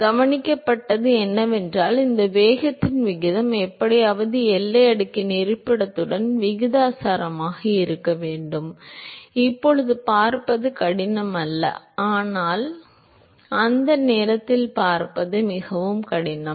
எனவே கவனிக்கப்பட்டது என்னவென்றால் இந்த வேகத்தின் விகிதம் எப்படியாவது எல்லை அடுக்கின் இருப்பிடத்துடன் விகிதாசாரமாக இருக்க வேண்டும் இப்போது பார்ப்பது கடினம் அல்ல ஆனால் அந்த நேரத்தில் பார்ப்பது மிகவும் கடினம்